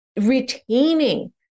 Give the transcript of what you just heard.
retaining